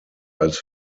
als